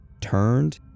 turned